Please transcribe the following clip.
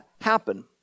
happen